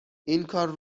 اینکار